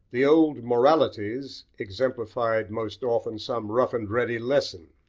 the old moralities exemplified most often some rough-and-ready lesson.